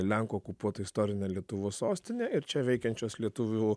lenkų okupuotą istorinę lietuvos sostinę ir čia veikiančios lietuvių